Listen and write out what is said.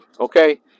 okay